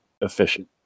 efficient